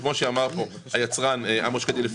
וכמו שאמר התעשיין עמוס שקדי,